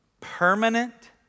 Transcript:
permanent